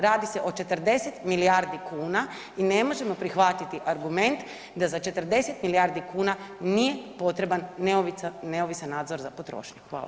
Radi se o 40 milijardi kuna i ne možemo prihvatiti argument da za 40 milijardi nije potreban neovisan nadzor za potrošnju.